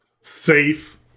Safe